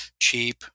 cheap